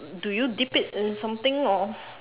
do you dip it in something or